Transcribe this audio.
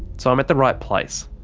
so i'm at the right place.